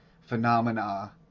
phenomena